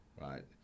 right